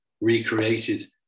recreated